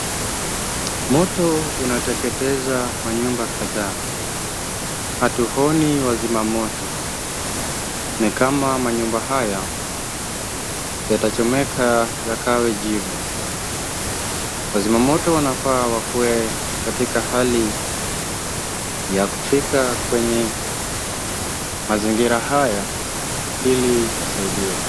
Moto unateketeza manyumba kadhaa. Hatuoni wazimamoto. Ni kama manyumba haya yatachomeka yakawe jivu. Wazimamoto wanafaa wakuwe katika hali ya kufika kwenye mazingira haya ili wasaidie.